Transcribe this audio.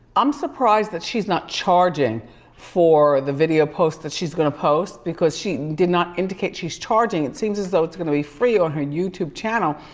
i'm surprised that she's not charging for the video posts that she's gonna post, because she did not indicate she's charging. it seems as though it's gonna be free on her youtube channel.